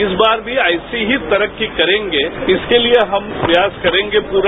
इस बार भी ऐसी ही तरक्की करेंगे इसके लिए हम प्रयास करेंगे पूरा